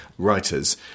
writers